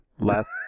Last